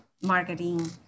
marketing